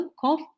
cough